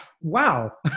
Wow